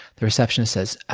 the receptionist says,